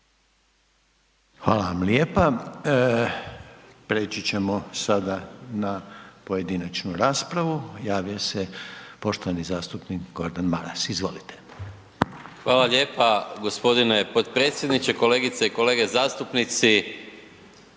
Hvala vam lijepa. Preći ćemo sada na pojedinačnu raspravu. Javio se poštovani zastupnik Gordan Maras. Izvolite. **Maras, Gordan (SDP)** Hvala lijepa g. potpredsjedniče. Kolegice i kolege zastupnici.